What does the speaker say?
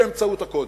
באמצעות הקודים.